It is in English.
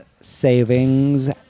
savings